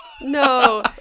No